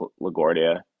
LaGuardia